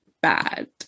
bad